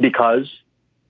because